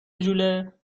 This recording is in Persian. ژوله